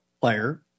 player